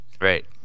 Right